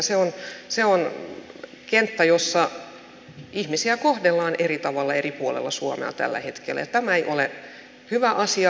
se on kenttä jossa ihmisiä kohdellaan eri tavalla eri puolilla suomea tällä hetkellä ja tämä ei ole hyvä asia